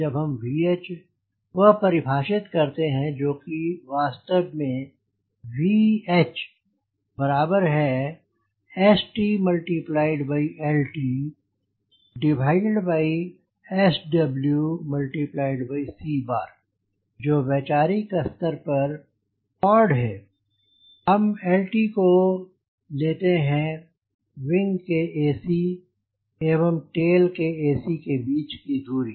जब हम VH वह परिभाषित करते हैं जो कि वास्तव में VHStltSW c जो वैचारिक स्तर पर कॉर्ड है हम l t को लेते हैं विंग के एसी ac एवं टेल के एसी ac के बीच की दूरी